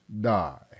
die